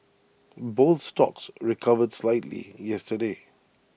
both stocks recovered slightly yesterday